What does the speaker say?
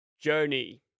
Journey